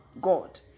God